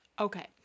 Okay